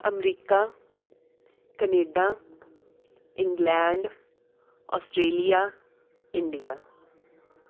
America Canada England Australia India